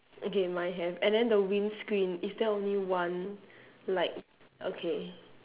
okay mine have and then the windscreen is there only one like okay